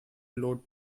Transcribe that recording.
load